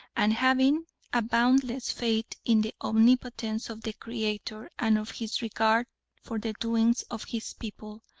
and having a boundless faith in the omnipotence of the creator and of his regard for the doings of his people,